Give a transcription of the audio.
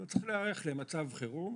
הם צריכים להיערך למצב חירום.